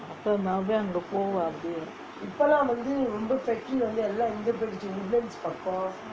அப்பே நா வந்து அங்கே போவேன்:appae naa vanthu angae poven